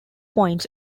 points